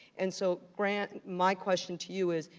and so, grant, my question to you is,